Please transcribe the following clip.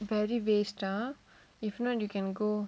very waste lah if not you can go